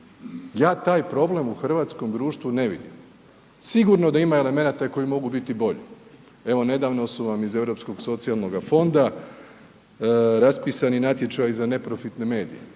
Ja taj problem u hrvatskom društvu ne vidim. Sigurno da ima elemenata koji mogu biti bolji. Evo, nedavno su vam iz Europskog socijalnoga fonda raspisani natječaji za neprofitne medije,